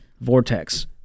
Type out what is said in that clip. vortex